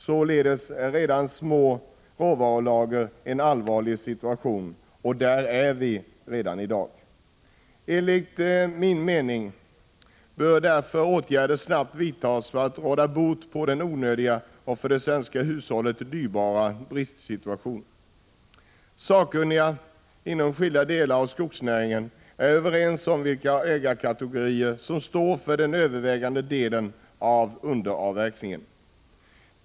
Således är redan små råvarulager en allvarlig situation. I den situationen befinner vi oss i dag. Enligt min mening bör därför åtgärder snarast vidtas för att råda bot på den onödiga och för det svenska hushållet dyrbara bristsituationen. Sakkunnigt folk inom skilda delar av skogsnäringen är överens om vilka ägarkategorier som står för den övervägande delen av underavverkningen.